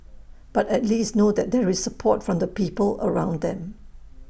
but at least know that there is support from the people around them